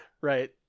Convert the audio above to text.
Right